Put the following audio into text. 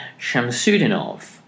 Shamsudinov